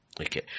Okay